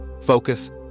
focus